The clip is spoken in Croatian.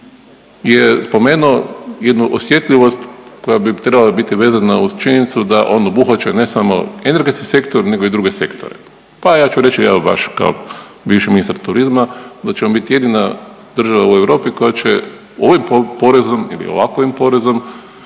je spomenuo jednu osjetljivost koja bi trebala biti vezana uz činjenicu da on obuhvaća ne samo energetski sektor, nego i druge sektore. Pa ja ću reći evo baš kao bivši ministar turizma da će on biti jedina država u Europi koja će ovim porezom ili ovakovim porezom